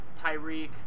Tyreek